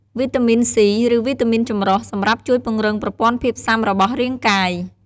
វីតាមីន C ឬវីតាមីនចម្រុះ សម្រាប់ជួយពង្រឹងប្រព័ន្ធភាពស៊ាំរបស់រាងកាយ។